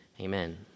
Amen